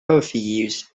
orpheus